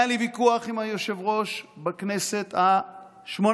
היה לי ויכוח עם היושב-ראש בכנסת השמונה-עשרה.